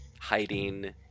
hiding